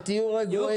ותהיו רגועים.